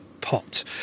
pot